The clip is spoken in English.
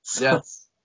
Yes